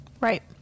right